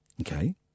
Okay